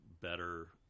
better